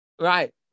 Right